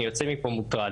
אני יוצא מפה מוטרד.